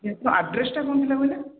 ଆଡ଼୍ରେସଟା କ'ଣ ଥିଲା କହିଲେ